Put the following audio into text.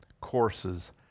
courses